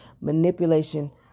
manipulation